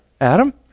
Adam